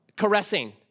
Caressing